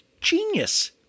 genius